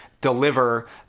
deliver